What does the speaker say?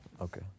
okay